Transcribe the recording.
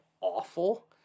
awful